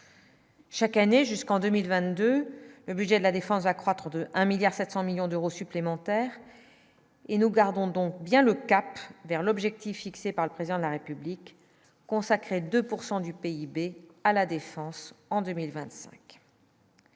Chaque année jusqu'en 2020, 2 le budget de la défense va croître de 1 milliard 700 millions d'euros supplémentaires et nous gardons donc bien le cap vers l'objectif fixé par le président de la République consacrer 2 pourcent du PIB à la Défense en 2025.